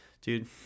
dude